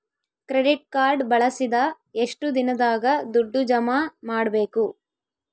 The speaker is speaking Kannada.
ಕ್ರೆಡಿಟ್ ಕಾರ್ಡ್ ಬಳಸಿದ ಎಷ್ಟು ದಿನದಾಗ ದುಡ್ಡು ಜಮಾ ಮಾಡ್ಬೇಕು?